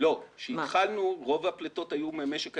כשהתחלנו רוב הפליטות היו ממשק האנרגיה.